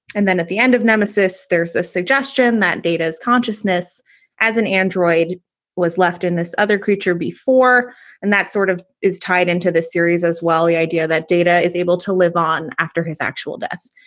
and then at the end of nemesis, there's a suggestion that data's consciousness as an android was left in this other creature before and that sort of is tied into this series as well, the idea that data is able to live on after his actual death.